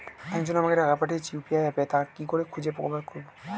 একজন আমাকে টাকা পাঠিয়েছে ইউ.পি.আই অ্যাপে তা কি করে খুঁজে বার করব?